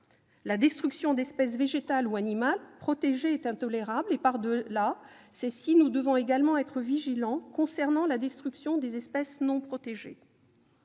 La destruction d'espèces végétales ou animales protégées est intolérable et, par-delà celles-ci, nous devons également être vigilants concernant la destruction d'espèces non protégées.